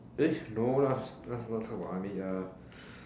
no lah not supposed to talk about army